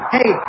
Hey